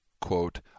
quote